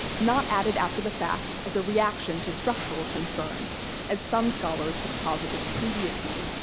not added after the fact as a reaction to structural concerns as some scholars had posited previously.